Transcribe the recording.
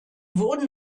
wurden